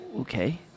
Okay